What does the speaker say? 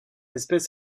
espèce